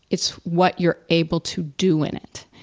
it's what you're able to do in it.